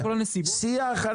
שיח,